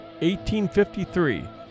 1853